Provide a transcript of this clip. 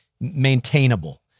maintainable